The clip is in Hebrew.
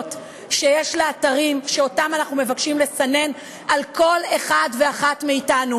שיש לאתרים שאותם אנחנו מבקשים לסנן על כל אחד ואחת מאתנו.